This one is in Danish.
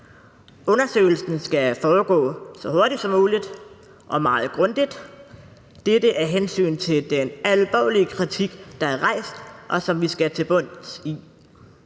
Undersøgelsen skal foregå så hurtigt som muligt og meget grundigt – dette af hensyn til den alvorlige kritik, der er rejst, og som vi skal til bunds i.